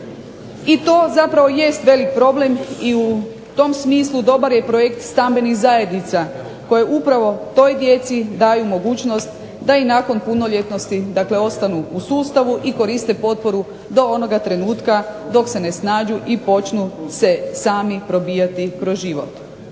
I to zapravo jest veliki problem i u tom smislu dobar je projekt stambenih zajednica koje upravo toj djeci daju mogućnost da i nakon punoljetnosti dakle ostanu u sustavu i koriste potporu do onoga trenutka dok se ne snađu i počnu se sami probijati kroz život.